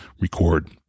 record